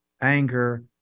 anger